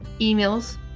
emails